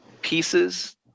pieces